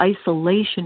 isolation